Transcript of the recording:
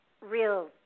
real